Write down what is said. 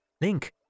Link